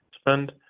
spend